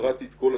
קראתי את כל הדוח,